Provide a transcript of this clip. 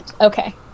Okay